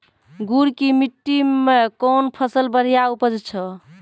गुड़ की मिट्टी मैं कौन फसल बढ़िया उपज छ?